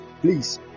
Please